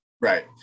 right